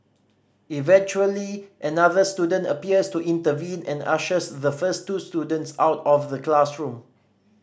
eventually another student appears to intervene and ushers the first two students out of the classroom